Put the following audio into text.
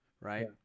Right